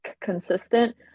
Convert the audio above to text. consistent